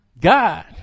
God